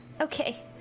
Okay